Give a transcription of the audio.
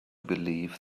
believe